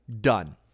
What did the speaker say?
done